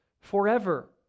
forever